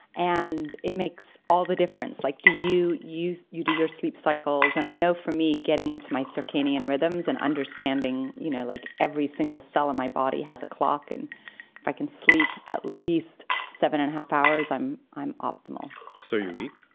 and it makes all the difference. like do you use, you do your sleep cycles. i know for me getting into my circadian rhythms and understanding you know like every single cell in my body has o'clock, and if i can sleep at least seven and half hours i'm i'm optimal so you're weak?